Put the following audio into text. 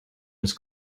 was